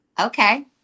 Okay